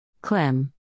Clem